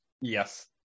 yes